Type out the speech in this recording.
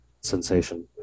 sensation